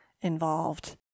involved